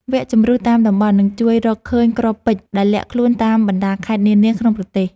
វគ្គជម្រុះតាមតំបន់នឹងជួយរកឃើញគ្រាប់ពេជ្រដែលលាក់ខ្លួនតាមបណ្ដាខេត្តនានាក្នុងប្រទេស។